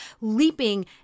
leaping